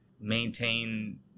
maintain